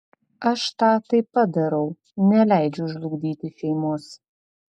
aš tą taip pat darau neleidžiu žlugdyti šeimos